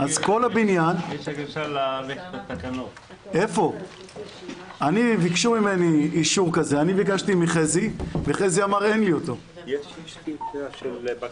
הישיבה ננעלה בשעה 13:00.